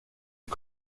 une